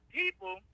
people